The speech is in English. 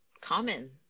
common